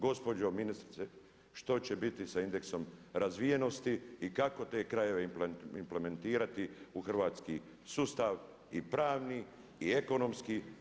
Gospođo ministrice što će biti sa indeksom razvijenosti i kako te krajeve implementirati u hrvatski sustav i pravni i ekonomski.